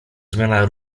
zmiana